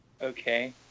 Okay